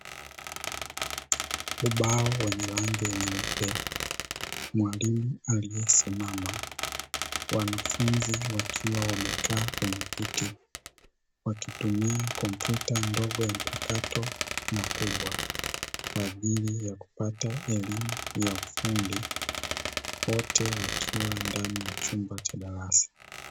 Ubao wenye rangi nyeupe mwalimu aliyesimama wanafunzi wakiwa wamekaa kwenye viti, wakitumia kompyuta ndogo ya mpakato na kubwa kwa ajili ya kupata elimu ya ufundi wote wakiwa ndani mchumba cha darasa.